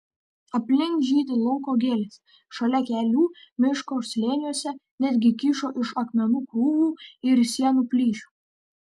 aplink žydi lauko gėlės šalia kelių miško slėniuose netgi kyšo iš akmenų krūvų ir sienų plyšių